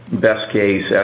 best-case